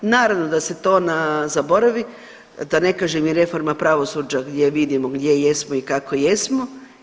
Naravno da se to zaboravi, da ne kažem i reforma pravosuđa gdje vidimo gdje jesmo i kako jesmo.